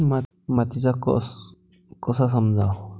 मातीचा कस कसा समजाव?